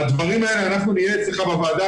על הדברים האלה אנחנו נהיה אצלך בוועדה,